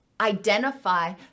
identify